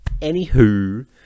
anywho